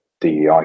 DEI